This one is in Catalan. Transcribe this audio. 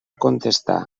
contestar